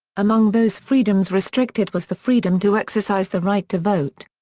among those freedoms restricted was the freedom to exercise the right to vote.